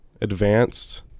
advanced